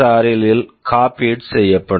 R SPSR ல் copied copied செய்யப்படும்